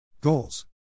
Goals